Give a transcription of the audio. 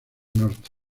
norte